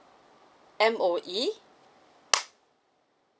M_O_E